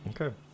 Okay